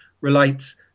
relates